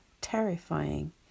terrifying